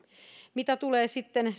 mitä tulee sitten